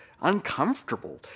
uncomfortable